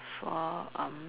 for um